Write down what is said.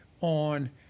on –